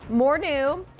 more new,